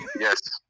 Yes